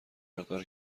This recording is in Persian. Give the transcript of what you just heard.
مقدار